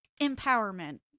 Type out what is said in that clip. empowerment